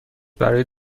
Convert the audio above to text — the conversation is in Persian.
برای